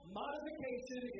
modification